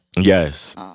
Yes